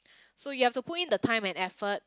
so you have to put in the time and effort